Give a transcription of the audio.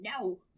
No